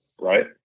right